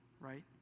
right